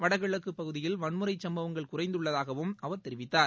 வடகிழக்கு பகுதியில் வன்முறைச் சும்பவங்கள் குறைந்துள்ளதாகவும் அவர் தெரிவித்தார்